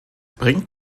bringt